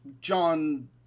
John